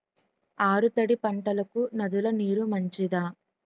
ఆరు తడి పంటలకు నదుల నీరు మంచిదా?